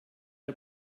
der